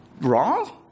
wrong